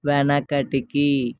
వెనకటికి